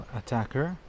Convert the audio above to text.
attacker